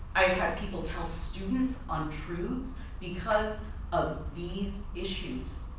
i have had people tell students untruths because of these issues.